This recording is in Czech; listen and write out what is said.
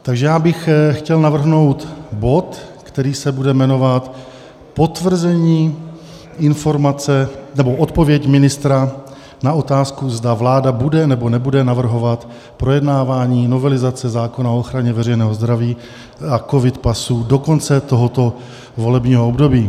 Takže já bych chtěl navrhnout bod, který se bude jmenovat Potvrzení informace nebo Odpověď ministra na otázku, zda vláda bude nebo nebude navrhovat projednávání novelizace zákona o ochraně veřejného zdraví a covid pasů do konce tohoto volebního období.